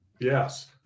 Yes